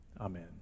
Amen